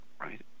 right